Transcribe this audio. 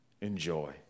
enjoy